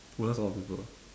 woodlands a lot of people